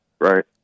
right